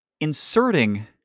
inserting